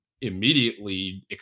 immediately